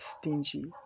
stingy